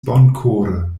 bonkore